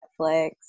Netflix